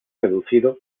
reducido